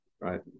Right